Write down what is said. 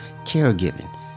caregiving